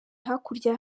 hakurya